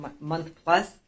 month-plus